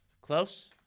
Close